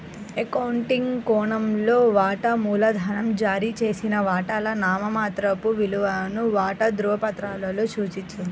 accounting కోణంలో, వాటా మూలధనం జారీ చేసిన వాటాల నామమాత్రపు విలువను వాటా ధృవపత్రాలలో సూచిస్తుంది